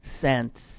Cents